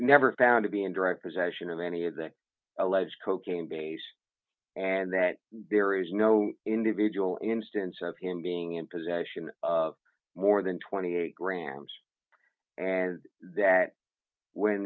never found to be in direct possession of any of the alleged cocaine base and that there is no individual instance of him being in possession of more than twenty eight grams and that when